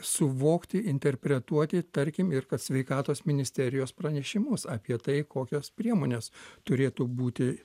suvokti interpretuoti tarkim ir ka sveikatos ministerijos pranešimus apie tai kokios priemonės turėtų būti